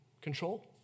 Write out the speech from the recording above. Control